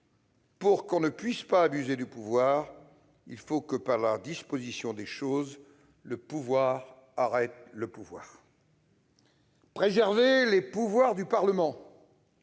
Pour qu'on ne puisse abuser du pouvoir, il faut que, par la disposition des choses, le pouvoir arrête le pouvoir ». Préserver les pouvoirs du Parlement,